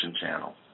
channel